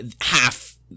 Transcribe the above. half